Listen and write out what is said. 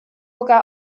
óga